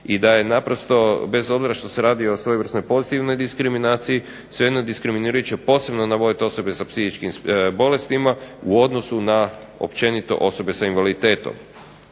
i da je naprosto bez obzira što se radi o svojevrsnoj pozitivnoj diskriminaciji svejedno diskriminirajuće posebno navoditi osobe sa psihičkim bolestima u odnosu na općenito osobe sa invaliditetom.